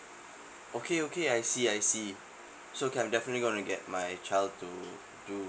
okay okay I see I see so can definitely gonna get my child to do